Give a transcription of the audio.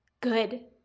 good